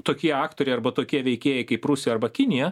tokie aktoriai arba tokie veikėjai kaip rusija arba kinija